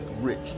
rich